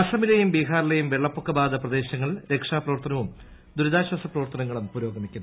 അസ്റ്റമിലെയും ബിഹാറിലെയും വെള്ളപ്പൊക്ക ബാധിത പ്രദേശങ്ങളിൽ രക്ഷാപ്രവർത്തനവും ദുരിതാശ്വാസ പ്രവർത്തനങ്ങളും പുരോഗമിക്കുന്നു